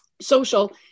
social